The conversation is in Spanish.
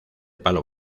palo